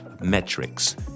metrics